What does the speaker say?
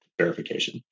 verification